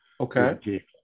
Okay